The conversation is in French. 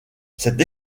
cette